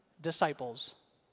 disciples